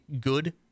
good